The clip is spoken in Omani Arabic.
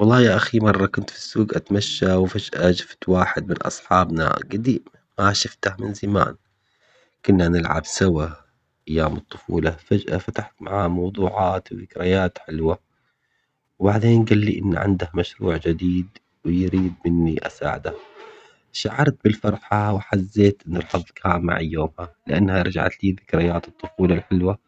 والله يا أخي مرة كنت في السوق أتمشى وفجأة شوفت واحد من أصحابنا قديم ما شوفته من زمان كنا نلعب سوا أيام الطفولة، فجأة فتحت معاه موضوعات وذكريات حلو ة وبعدين قال لي عنده مشروع جديد ويريد مني أساعده شعرت بالفرحة وحزيت من الحظ كان معي يومها لأنها رجعت لي ذكريات الطفولة الحلوة